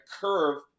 curve